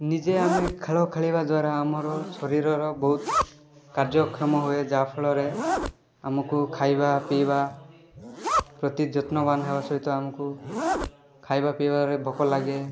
ନିଜେ ଆମେ ଖେଳ ଖେଳିବା ଦ୍ଵାରା ଆମର ଶରୀରର ବହୁତ କାର୍ଯ୍ୟକ୍ଷମ ହୁଏ ଯାହାଫଳରେ ଆମକୁ ଖାଇବା ପିଇବା ପ୍ରତି ଯତ୍ନବାନ ହେବା ସହିତ ଆମକୁ ଖାଇବା ପିଇବାରେ ଭୋକ ଲାଗେ